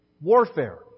warfare